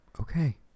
Okay